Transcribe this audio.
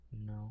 No